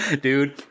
Dude